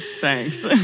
Thanks